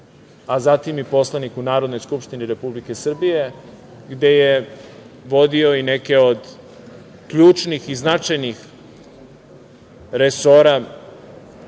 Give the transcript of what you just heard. a zatim i poslanik u Narodnoj skupštini Republike Srbije, gde je vodio i neke od ključnih i značajnih resora